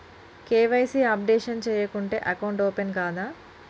KYC updation చేయకుంటే account open కాదా?